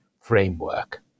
framework